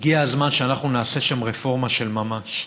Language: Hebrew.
הגיע הזמן שאנחנו נעשה שם רפורמה של ממש.